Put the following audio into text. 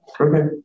Okay